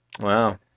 Wow